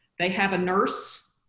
they have a nurse,